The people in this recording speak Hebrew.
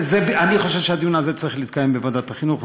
אני חושב שהדיון הזה צריך להתקיים בוועדת החינוך,